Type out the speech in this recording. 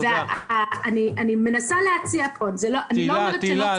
אני מנסה להציע פה --- תהילה, תהילה,